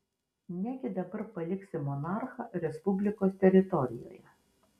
negi dabar paliksi monarchą respublikos teritorijoje